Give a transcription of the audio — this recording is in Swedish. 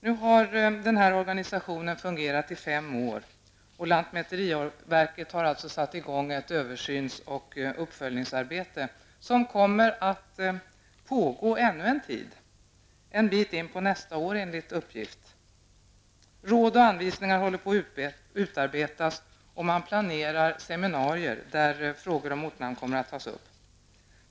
Nu har organisationen fungerat i fem år, och lantmäteriverket har satt i gång ett översyns och uppföljningsarbete, som kommer att pågå ännu en tid -- en bit in på nästa år, enligt uppgift. Råd och anvisningar håller på att utarbetas och man planerar seminarier där frågor om ortnamn kommer att tas upp.